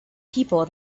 people